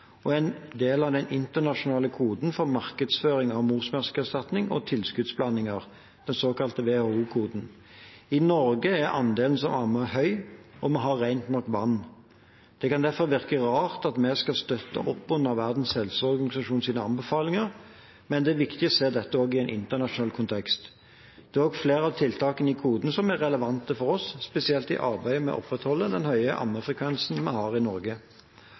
og det er en del av den internasjonale koden for markedsføring av morsmelkerstatning og tilskuddsblandinger, den såkalte WHO-koden. I Norge er andelen som ammer høy, og vi har nok rent vann. Det kan derfor virke rart at vi skal støtte oppunder Verdens helseorganisasjons anbefalinger, men det er viktig å se dette også i en internasjonal kontekst. Det er også flere av tiltakene i koden som er relevante for oss, spesielt i arbeidet med å opprettholde den høye ammefrekvensen vi har i Norge.